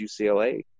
UCLA